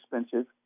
expensive